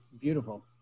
beautiful